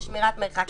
של שמירת מרחק.